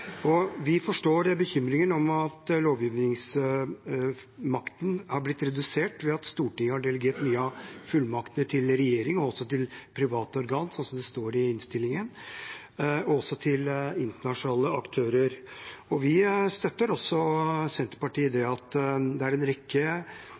Vi forstår bekymringen over at lovgivningsmakten har blitt redusert ved at Stortinget har delegert flere fullmakter til regjeringen og til private organer, som det står i innstillingen, og også til internasjonale aktører. Vi støtter også Senterpartiet i en rekke ting når det